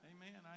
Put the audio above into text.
Amen